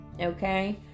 Okay